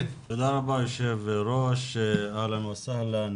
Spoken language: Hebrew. תודה רבה, היושב-ראש, אהלן וסהלן